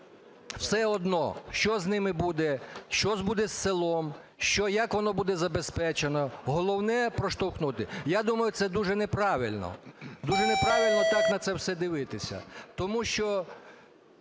все одно, що з ними буде, що буде з селом, як воно буде забезпечено. Головне – проштовхнути. Я думаю, це дуже неправильно. Дуже неправильно так на це все дивитися, тому що